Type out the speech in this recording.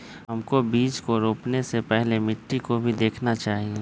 हमको बीज को रोपने से पहले मिट्टी को भी देखना चाहिए?